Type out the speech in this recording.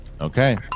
Okay